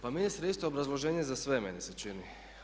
Pa ministre isto obrazloženje za sve meni se čini.